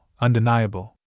undeniable